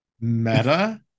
meta